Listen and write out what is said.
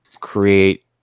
create